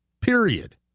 Period